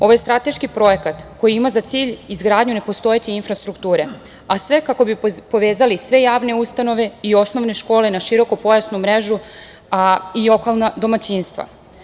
Ovo je strateški projekat koji ima za cilj izgradnju ne postojeće infrastrukture, a sve kako bi povezali sve javne ustanove i osnovne škole na širokopojasnu mrežu i okolna domaćinstva.